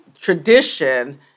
tradition